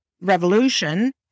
Revolution